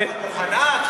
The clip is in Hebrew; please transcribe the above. הממשלה מוכנה?